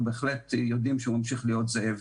בהחלט יודעים שהוא ממשיך להיות זאב.